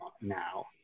now